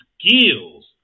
skills